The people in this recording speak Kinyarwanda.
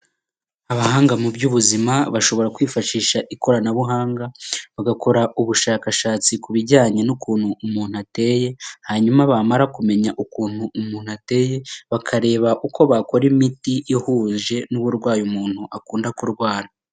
Abahanga mu by'ubuzima bashobora kwifashisha ikoranabuhanga bagakora ubushakashatsi ku bijyanye n'ukuntu umuntu ateye hanyuma bamara kumenya ukuntu umuntu ateye, bakareba uko bakora imiti ihuje n'uburwayi umuntu akunda kurwara.